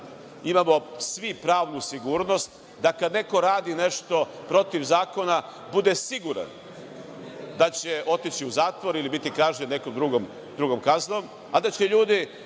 imamo svi pravnu sigurnost, da kad neko radi nešto protiv zakona bude siguran da će otići u zatvor ili biti kažnjen nekom drugom kaznom, a da će ljudi